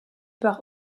part